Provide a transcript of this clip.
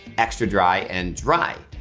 extra dry and dry,